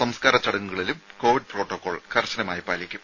സംസ്കാര ചടങ്ങുകളിലും covid protocol കർശനമായി പാലിക്കും